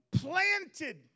planted